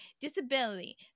Disability